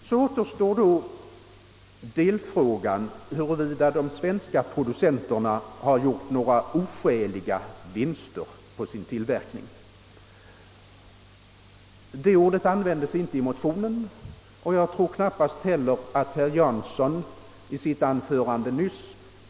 Så återstår delfrågan om huruvida de svenska producenterna gjort några oskäliga vinster på sin tillverkning. Detta uttryck användes inte i motionen, och jag tror knappast heller att herr Jansson gjorde deti sitt anförande nyss.